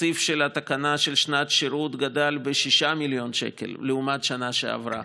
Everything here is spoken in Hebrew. התקציב של התקנה של שנת שירות גדל ב-6 מיליון שקל לעומת השנה שעברה.